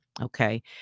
Okay